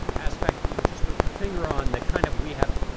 aspect that you've just put your finger on that kind of we haven't